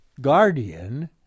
guardian